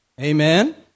Amen